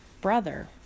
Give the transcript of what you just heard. brother